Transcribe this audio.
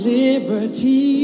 liberty